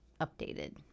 updated